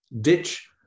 ditch